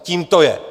Tím to je!